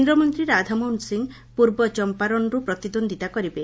କେନ୍ଦ୍ରମନ୍ତ୍ରୀ ରାଧାମୋହନ ସିଂ ପୂର୍ବ ଚମ୍ପାରନ୍ରୁ ପ୍ରତିଦ୍ୱନ୍ଦିତା କରିବେ